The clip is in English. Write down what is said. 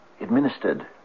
administered